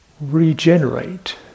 regenerate